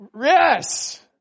Yes